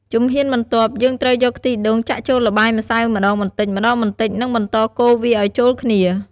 ជំហានបន្ទាប់ យើងត្រូវយកខ្ទិះដូងចាក់ចូលល្បាយម្សៅម្ដងបន្តិចៗ និងបន្តកូរវាអោយចូលគ្នា។